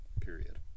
period